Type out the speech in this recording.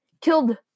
killed